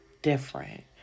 Different